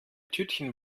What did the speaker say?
tütchen